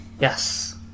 Yes